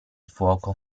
fuoco